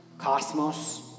cosmos